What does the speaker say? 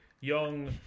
Young